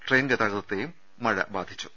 train ഗതാഗത്തെയും മഴ ബാധിച്ചു